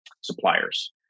suppliers